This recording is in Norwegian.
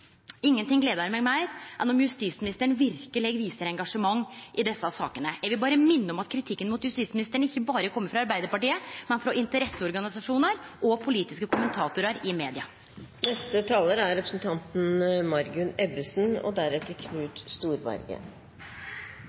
Ingenting gleder meg meir enn om justisministeren verkeleg viser engasjement i desse sakene. Eg vil berre minne om at kritikken mot justisministeren ikkje berre kjem frå Arbeidarpartiet, men òg frå interesseorganisasjonar og politiske kommentatorar i media. Et viktig felt innenfor kriminalomsorgen er barn i fengsel og